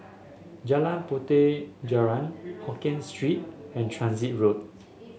Jalan Puteh Jerneh Hokkien Street and Transit Road